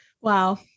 Wow